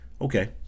okay